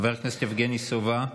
חבר הכנסת יבגני סובה,